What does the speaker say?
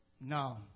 No